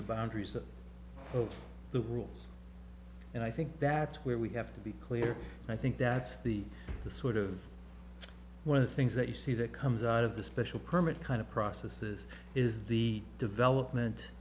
the boundaries of the rules and i think that's where we have to be clear i think that's the sort of one of the things that you see that comes out of the special permit kind of processes is the development